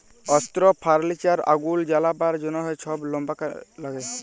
অস্ত্র, ফার্লিচার, আগুল জ্বালাবার জ্যনহ ছব লাম্বার ল্যাগে